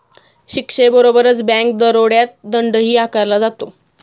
शिक्षेबरोबरच बँक दरोड्यात दंडही आकारला जातो